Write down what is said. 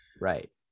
right